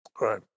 Right